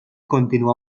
continuà